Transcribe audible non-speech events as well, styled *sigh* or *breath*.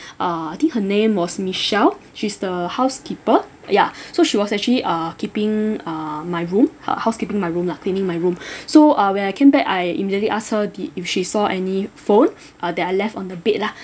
uh I think her name was michelle she's the housekeeper ya so she was actually uh keeping uh my room uh housekeeping my room lah cleaning my room *breath* so uh where I came back I immediately ask her did if she saw any phone uh that I left on the bed lah